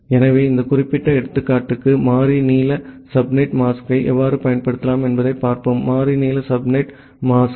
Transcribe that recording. எனவே இந்த குறிப்பிட்ட எடுத்துக்காட்டுக்கு மாறி நீள சப்நெட் மாஸ்கை எவ்வாறு பயன்படுத்தலாம் என்பதைப் பார்ப்போம் மாறி நீளம் சப்நெட் மாஸ்க்